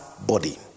Body